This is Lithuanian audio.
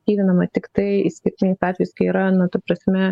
aktyvinama tiktai išskirtiniais atvejais kai yra na ta prasme